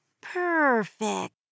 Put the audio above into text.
Perfect